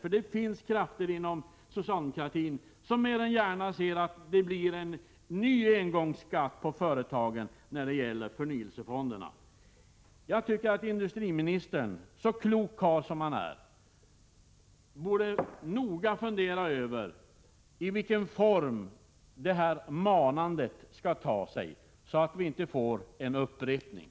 Det finns krafter inom socialdemokratin som mer än gärna ser att det blir en ny engångsskatt när det gäller förnyelsefonderna. Jag tycker att industriministern, så klok karl som han är, noga borde fundera över vilken form detta manande skall ta sig, så att vi inte får en upprepning.